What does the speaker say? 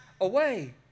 away